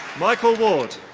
michael ward.